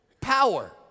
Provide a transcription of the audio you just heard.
power